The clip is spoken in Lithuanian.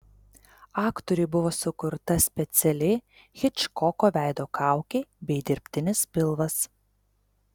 aktoriui buvo sukurta speciali hičkoko veido kaukė bei dirbtinis pilvas